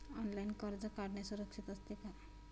Online कर्ज काढणे सुरक्षित असते का?